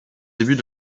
début